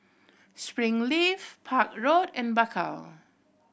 Springleaf Park Road and Bakau